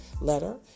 letter